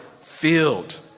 filled